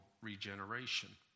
regeneration